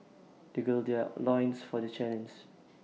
they gird their loins for the challenge